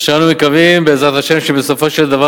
אשר אנו מקווים שבסופו של דבר,